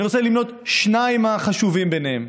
אני רוצה למנות שניים מהחשובים בהם: